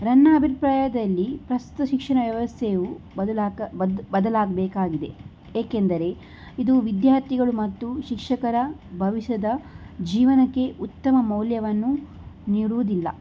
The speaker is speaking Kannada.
ನನ್ನ ಅಭಿಪ್ರಾಯದಲ್ಲಿ ಪ್ರಸ್ತುತ ಶಿಕ್ಷಣ ವ್ಯವಸ್ಥೆಯು ಬದಲಾಗ ಬದಲಾಗಬೇಕಾಗಿದೆ ಏಕೆಂದರೆ ಇದು ವಿದ್ಯಾರ್ಥಿಗಳು ಮತ್ತು ಶಿಕ್ಷಕರ ಭವಿಷ್ಯದ ಜೀವನಕ್ಕೆ ಉತ್ತಮ ಮೌಲ್ಯವನ್ನು ನೀಡುವುದಿಲ್ಲ